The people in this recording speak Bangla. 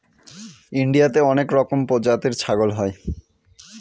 ইন্ডিয়াতে অনেক রকমের প্রজাতির ছাগল হয়